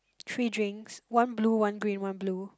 three drinks one blue one green one blue